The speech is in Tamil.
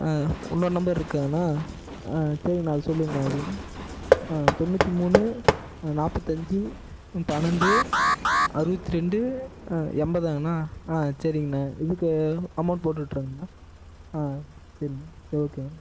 ஆ இன்னொரு நம்பர் இருக்காணா ஆ சரிங்கண்ணா அதை சொல்லுங்கண்ணா எப்படிண்ணா ஆ தொண்ணூற்றி மூணு நாற்பத்து அஞ்சு ம் பன்னெரெண்டு அறுபத்தி ரெண்டு ஆ எண்பதாங்கண்ணா ஆ சரிங்ணா இதுக்கு அமெளண்ட் போட்டுட்டரங்கணா ஆ சரிணா சரி ஓகேங்கண்ணா